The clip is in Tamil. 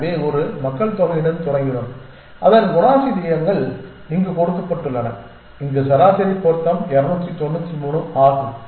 எனவே ஒரு மக்கள்தொகையுடன் தொடங்கினோம் அதன் குணாதிசயங்கள் இங்கு கொடுக்கப்பட்டுள்ளன இங்கு சராசரி பொருத்தம் 293 ஆகும்